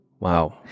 Wow